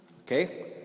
Okay